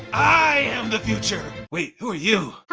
i am the future. wait, who are you?